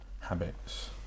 Habits